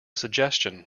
suggestion